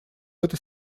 этой